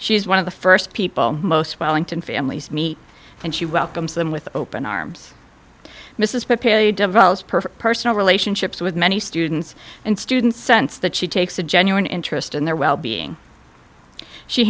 she's one of the first people most wellington families meet and she welcomes them with open arms mrs perry develops perfect personal relationships with many students and students sense that she takes a genuine interest in their wellbeing she